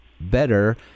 better